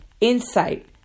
insight